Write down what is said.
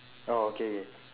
oh okay okay